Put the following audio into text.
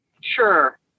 Sure